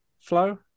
flow